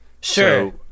Sure